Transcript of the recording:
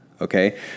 Okay